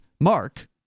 mark